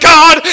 God